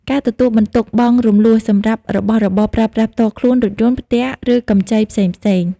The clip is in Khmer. ការទទួលបន្ទុកបង់រំលស់សម្រាប់របស់របរប្រើប្រាស់ផ្ទាល់ខ្លួន រថយន្ត ផ្ទះ ឬកម្ចីផ្សេងៗ។